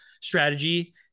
strategy